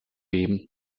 geben